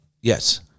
Yes